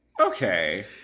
Okay